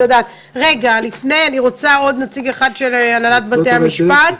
אני רוצה עוד נציג אחד של הנהלת בתי המשפט